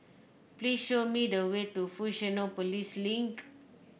please show me the way to Fusionopolis Link